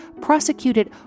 prosecuted